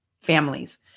families